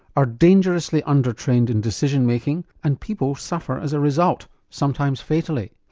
are dangerously under-trained in decision-making and people suffer as a result, sometimes fatally.